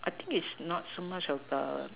I think it's not so much of the